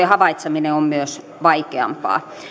havaitseminen on myös vaikeampaa